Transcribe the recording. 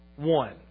One